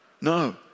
No